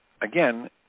again